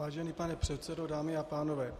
Vážený pane předsedo, dámy a pánové.